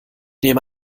nehme